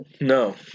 No